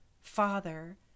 Father